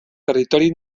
territori